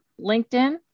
LinkedIn